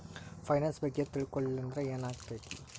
Finance ಬಗ್ಗೆ ತಿಳ್ಕೊಳಿಲ್ಲಂದ್ರ ಏನಾಗ್ತೆತಿ?